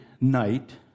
night